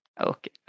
Okay